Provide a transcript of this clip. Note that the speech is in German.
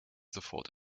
sofort